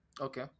Okay